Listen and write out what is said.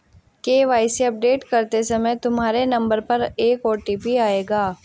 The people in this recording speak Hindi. के.वाई.सी अपडेट करते समय तुम्हारे नंबर पर एक ओ.टी.पी आएगा